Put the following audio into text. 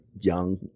young